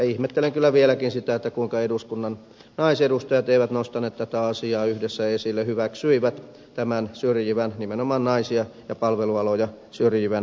ihmettelen kyllä vieläkin sitä kuinka eduskunnan naisedustajat eivät nostaneet tätä asiaa yhdessä esille hyväksyivät tämän nimenomaan naisia ja palvelualoja syrjivän menettelyn